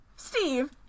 Steve